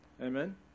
Amen